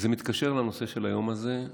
וזה מתקשר לנושא של היום הזה.